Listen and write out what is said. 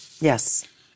Yes